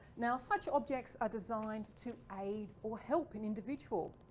now, such objects are designed to aid or help an individual.